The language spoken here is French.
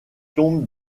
tombent